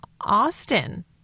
Austin